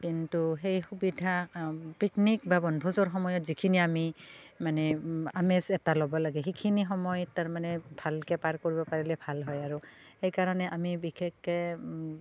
কিন্তু সেই সুবিধা পিকনিক বা বনভোজৰ সময়ত যিখিনি আমি মানে আমেজ এটা ল'ব লাগে সেইখিনি সময়ত তাৰমানে ভালকৈ পাৰ কৰিব পাৰিলে ভাল হয় আৰু সেইকাৰণে আমি বিশেষকৈ